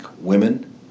women